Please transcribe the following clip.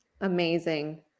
Amazing